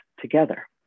together